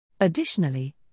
Additionally